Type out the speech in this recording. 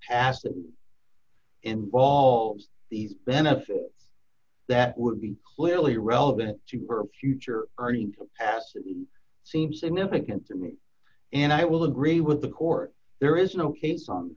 capacity involves these benefits that would be clearly relevant to her future earning capacity seems significant to me and i will agree with the court there is no case on